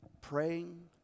praying